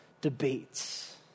debates